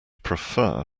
prefer